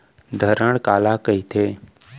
धरण काला कहिथे?